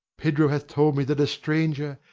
pedro hath told me that a stranger,